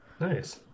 Nice